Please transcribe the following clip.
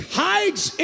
hides